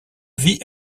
vie